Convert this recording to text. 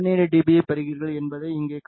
பியைப் பெறுகிறீர்கள் என்பதை இங்கே காணலாம்